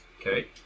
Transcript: Okay